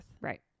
Right